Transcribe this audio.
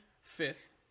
fifth